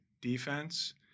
defense